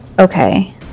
okay